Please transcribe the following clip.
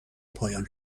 پایان